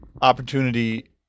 Opportunity